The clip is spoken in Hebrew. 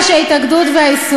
אני אדבר גם וגם.